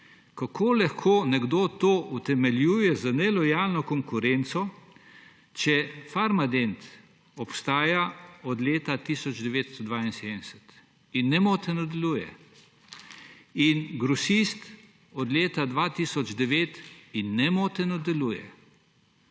Kako lahko nekdo to utemeljuje z nelojalno konkurenco, če Farmadent obstaja od leta 1972 in nemoteno deluje in Grosist od leta 2009 in nemoteno deluje?